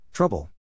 Trouble